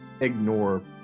ignore